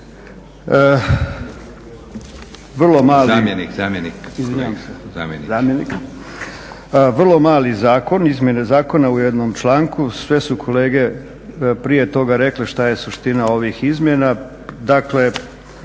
Vrlo mali zakon, izmjene zakona u jednom članku, sve su kolege prije toga rekle šta je suština ovih izmjena, dakle